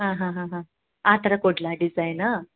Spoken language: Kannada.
ಹಾಂ ಹಾಂ ಹಾಂ ಹಾಂ ಆ ಥರ ಕೊಡ್ಲಾ ಡಿಸೈನ್